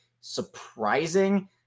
surprising